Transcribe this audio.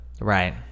Right